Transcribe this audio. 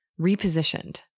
repositioned